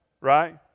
right